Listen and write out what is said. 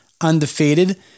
undefeated